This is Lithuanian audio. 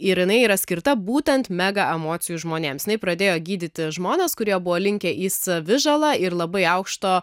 ir jinai yra skirta būtent mega emocijų žmonėmsjinai pradėjo gydyti žmones kurie buvo linkę į savi žala ir labai aukšto